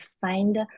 find